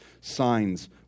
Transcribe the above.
signs